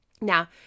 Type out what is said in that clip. Now